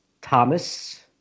Thomas